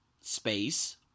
space